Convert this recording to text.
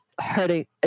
hurting